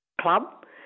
club